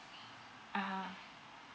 uh